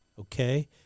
okay